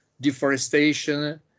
deforestation